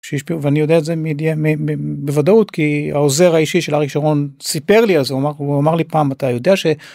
שיש פה ואני יודע את זה.. בוודאות כי העוזר האישי של אריק שרון סיפר לי אז הוא אמר לי פעם אתה יודע ש..